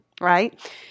right